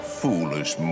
foolish